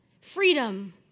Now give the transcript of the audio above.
Freedom